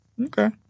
Okay